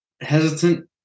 hesitant